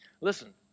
Listen